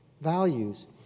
values